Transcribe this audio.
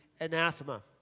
anathema